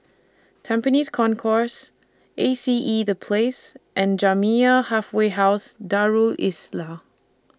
Tampines Concourse A C E The Place and Jamiyah Halfway House Darul Islah